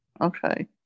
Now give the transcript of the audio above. Okay